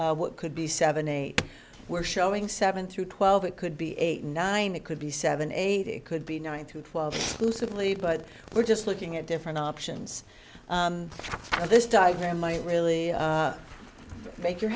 what could be seven eight were showing seven through twelve it could be eight and nine it could be seven eight it could be nine through twelve lucidly but we're just looking at different options and this diagram might really make your